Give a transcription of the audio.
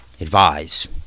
advise